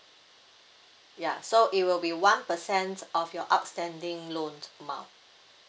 ya so it will be one percent of your outstanding loan amount